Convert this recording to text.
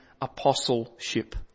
apostleship